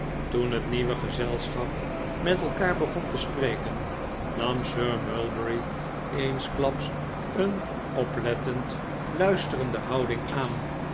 toen het nieuwe gezelschap met elkaar begon te spreken nam sir mulberry eensklaps een oplettend luisterende houding aan